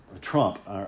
Trump